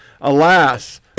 Alas